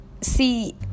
see